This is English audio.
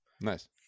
nice